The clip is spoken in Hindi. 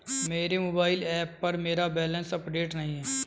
मेरे मोबाइल ऐप पर मेरा बैलेंस अपडेट नहीं है